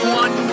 one